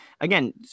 again